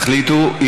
תחליטו.